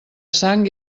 sang